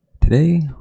Today